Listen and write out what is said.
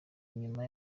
inyuma